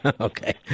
Okay